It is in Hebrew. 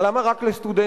למה רק לסטודנטים?